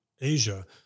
Asia